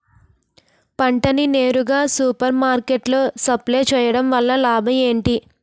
పంట ని నేరుగా సూపర్ మార్కెట్ లో సప్లై చేయటం వలన లాభం ఏంటి?